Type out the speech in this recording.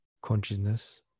consciousness